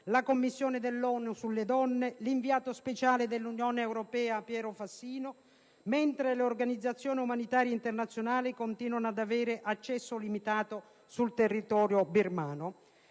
la Commissione dell'ONU sulle donne; l'inviato speciale dell'Unione europea Fassino, mentre le organizzazioni umanitarie internazionali continuano ad avere accesso limitato sul territorio birmano.